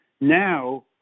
Now